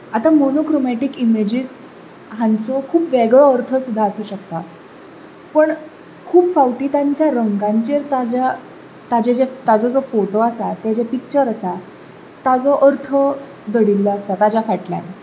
आतां monochromatic images हांचो खूब वेगळो अर्थ सुद्दा आसूंक शकता पण खूब फावटी तांच्या रंगाचेर ताच्या ताचेर जो फोटो आसा ताचें जें पिक्चर आसा ताचो अर्थ घडिल्लो आसता ताच्या फाटल्यान